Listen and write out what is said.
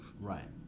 Right